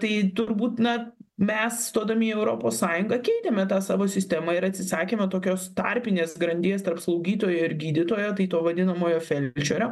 tai turbūt na mes stodami į europos sąjungą keitėme tą savo sistemą ir atsisakėme tokios tarpinės grandies tarp slaugytojo ir gydytojo tai to vadinamojo felčerio